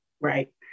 Right